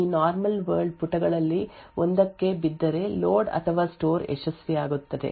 ಈಗ ಈ ನಿರ್ದಿಷ್ಟ ವರ್ಚುಯಲ್ ವಿಳಾಸವು ರಾಮ್ ನಲ್ಲಿನ ಈ ನಾರ್ಮಲ್ ವರ್ಲ್ಡ್ ಪುಟಗಳಲ್ಲಿ ಒಂದಕ್ಕೆ ಬಿದ್ದರೆ ಲೋಡ್ ಅಥವಾ ಸ್ಟೋರ್ ಯಶಸ್ವಿಯಾಗುತ್ತದೆ